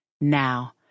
Now